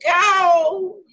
go